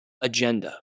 agenda